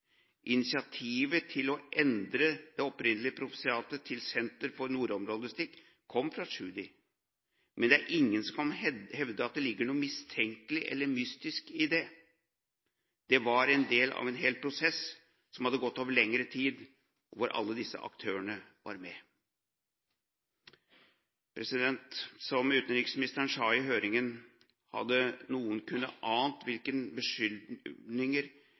Initiativet til å endre det opprinnelige professoratet til Senter for nordområdelogistikk kom fra Tschudi, men det er ingen som kan hevde at det ligger noe mistenkelig eller mystisk i det. Det var en del av en hel prosess som hadde gått over lengre tid, og hvor alle disse aktørene var med. Som utenriksministeren sa i høringen, at hadde noen kunne ant hvilke beskyldninger